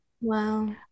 wow